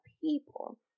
people